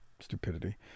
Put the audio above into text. stupidity